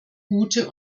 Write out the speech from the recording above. gute